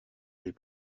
aller